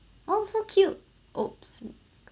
oh so cute !oops!